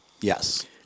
yes